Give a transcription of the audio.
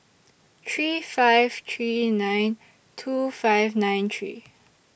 three five three nine two five nine three